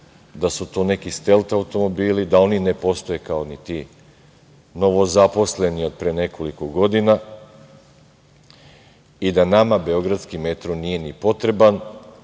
da su to neki stelt automobili, da oni ne postoje kao ni ti novozaposleni od pre nekoliko godina i da nama beogradski metro nije ni potreban